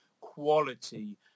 quality